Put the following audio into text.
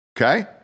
Okay